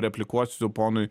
replikuosiu ponui